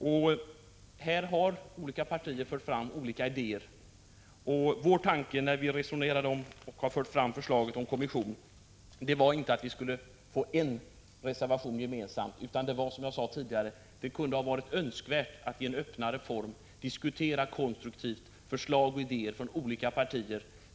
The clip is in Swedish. På den punkten har de olika partierna fört fram olika idéer. När vi resonerade om och senare även lade fram vårt förslag till en kommission var tanken inte enbart att avge en gemensam borgerlig reservation. Som jag tidigare sagt hade det varit önskvärt att något öppnare och på en bred parlamentarisk bas konstruktivt diskutera förslag och idéer från olika partier.